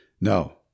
No